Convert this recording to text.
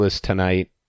tonight